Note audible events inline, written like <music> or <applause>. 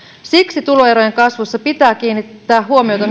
siksi tuloerojen kasvussa pitää kiinnittää huomiota <unintelligible>